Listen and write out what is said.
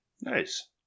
Nice